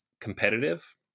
competitive